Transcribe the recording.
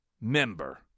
member